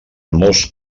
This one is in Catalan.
molt